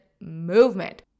movement